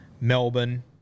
Melbourne